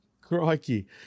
Crikey